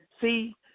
See